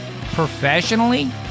Professionally